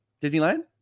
Disneyland